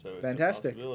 Fantastic